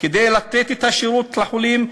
כדי לתת את השירות לחולים,